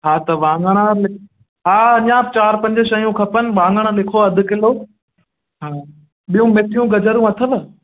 हा त वाङण हा अञा बि चार पंज शयूं खपनि वाङण लिखो अधु किलो हा ॿियो मिठियूं गजरूं अथव